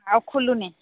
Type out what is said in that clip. ଆଉ ଖୋଲୁନି